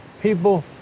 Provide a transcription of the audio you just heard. People